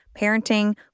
parenting